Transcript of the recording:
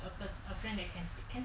a friend that can speak